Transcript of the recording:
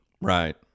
Right